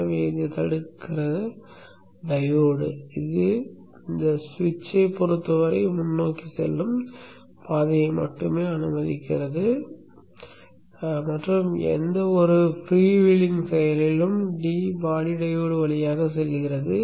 எனவே இது தடுக்கிற டையோடு இது இந்த சுவிட்சைப் பொருத்தவரை முன்னோக்கி செல்லும் பாதையை மட்டுமே அனுமதிக்கிறது மற்றும் எந்தவொரு ஃப்ரீவீலிங் செயலும் டி பாடி டையோடு வழியாக செல்கிறது